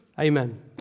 Amen